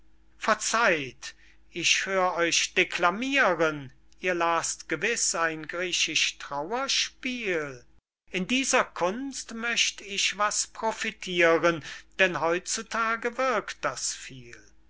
verzeiht ich hör euch declamiren ihr las't gewiß ein griechisch trauerspiel in dieser kunst möcht ich was profitiren denn heut zu tage wirkt das viel